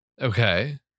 Okay